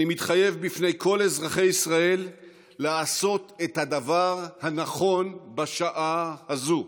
אני מתחייב בפני כל אזרחי ישראל לעשות את הדבר הנכון בשעה הזאת.